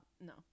No